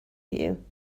you